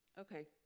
okay